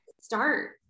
Start